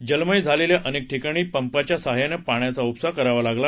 जलमय झालेल्या अनेक ठिकाणी पंपाच्या सहाय्यानं पाण्याचा उपसा करावा लागला